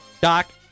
Doc